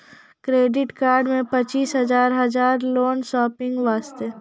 Credit card मे पचीस हजार हजार लोन शॉपिंग वस्ते?